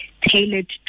tailored